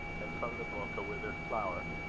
and from the book a withered flower.